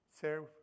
serve